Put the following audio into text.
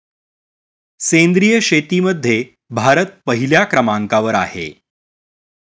सेंद्रिय शेतीमध्ये भारत पहिल्या क्रमांकावर आहे